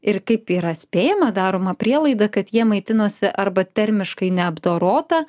ir kaip yra spėjama daroma prielaida kad jie maitinosi arba termiškai neapdorota